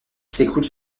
s’écoule